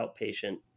outpatient